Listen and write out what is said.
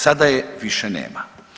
Sad je više nema.